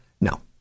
No